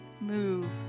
move